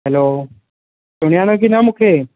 hello सुञाणो की न मूंखे